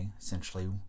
essentially